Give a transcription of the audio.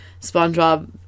Spongebob